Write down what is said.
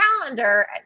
calendar